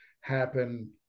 happen